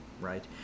right